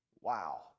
wow